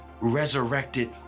resurrected